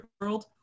world